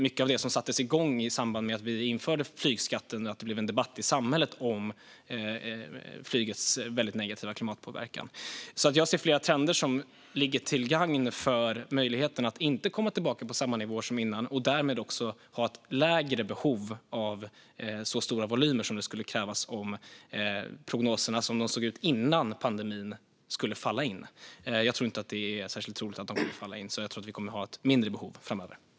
Mycket av det sattes igång i samband med att vi införde flygskatten - det blev en debatt i samhället om flygets väldigt negativa klimatpåverkan. Jag ser flera trender som är till gagn för möjligheten att inte komma tillbaka till samma nivåer som tidigare och därmed också ha ett mindre behov av så stora volymer som det skulle krävas om prognoserna som de såg ut innan pandemin skulle slå in. Jag tror inte att det är särskilt troligt att de slår in, så jag tror att vi kommer att ha ett mindre behov framöver.